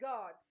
God